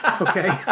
okay